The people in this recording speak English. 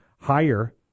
higher